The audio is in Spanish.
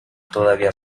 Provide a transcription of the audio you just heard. todavía